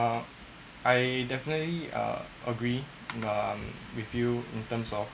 uh I definitely uh agree um with you in terms of